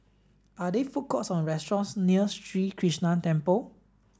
are there food courts or restaurants near Sri Krishnan Temple